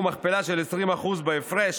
והוא מכפלה של 20% בהפרש